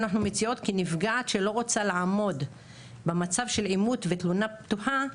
אנו מציעות כי נפגעת שלא רוצה לעמוד במצב של עימות ותלונה פתוחה,